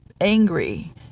angry